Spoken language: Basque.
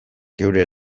geure